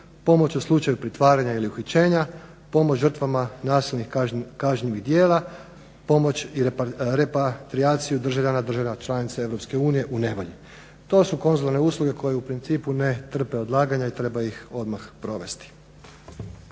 pomoć u slučaju pritvaranja ili uhićenja, pomoć žrtvama nasilnih kažnjivih djela, pomoć i … državljana država članica EU u nevolji. To su konzularne usluge koje u principu ne trpe odlaganje i treba ih odmah provesti.